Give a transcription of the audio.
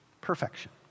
Perfection